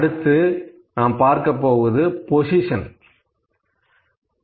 அடுத்து நாம் பொசிஷன் பற்றி பார்க்கலாம்